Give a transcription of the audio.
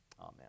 amen